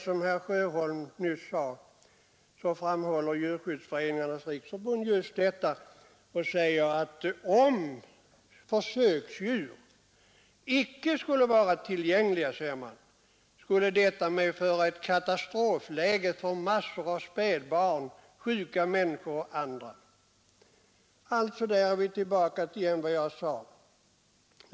Som herr Sjöholm nyss sade, framhåller Sveriges djurskyddsföreningars riksförbund detta och säger att om försöksdjur icke vore tillgängliga ”skulle detta medföra ett katastrofläge för massor av spädbarn, sjuka människor och andra”. Vi är alltså tillbaka till vad jag sade.